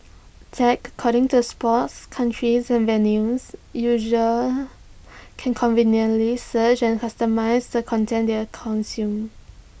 tagged according to sports countries and venues users can conveniently search and customise the content their consume